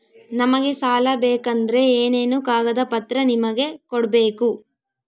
ನಮಗೆ ಸಾಲ ಬೇಕಂದ್ರೆ ಏನೇನು ಕಾಗದ ಪತ್ರ ನಿಮಗೆ ಕೊಡ್ಬೇಕು?